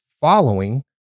following